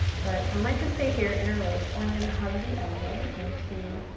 but i might just stay here, interlace, or i'm gonna hug the elbow into